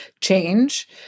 change